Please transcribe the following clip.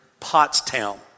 Pottstown